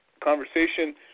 conversation